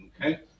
okay